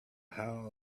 how